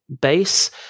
base